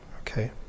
Okay